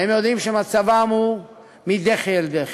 הם יודעים שמצבם הוא מדחי אל דחי.